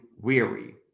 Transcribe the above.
weary